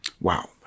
Wow